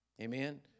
Amen